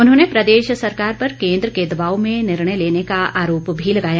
उन्होंने प्रदेश सरकार पर केन्द्र के दबाव में निर्णय लेने का आरोप भी लगाया